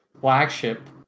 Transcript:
flagship